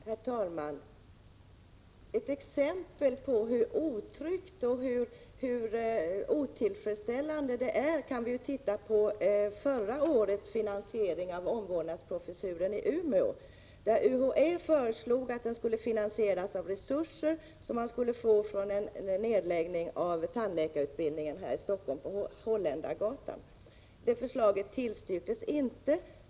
Herr talman! Ett exempel på hur otryggt och otillfredsställande det är kan man få om man tittar på förra årets finansiering av omvårdnadsprofessuren i Umeå. UHÄ föreslog att den skulle finansieras av resurser som man skulle få från en nedläggning av tandläkarutbildningen på Holländargatan i Stockholm. Förslaget tillstyrktes inte.